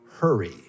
hurry